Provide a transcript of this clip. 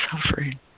suffering